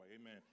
Amen